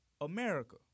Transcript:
america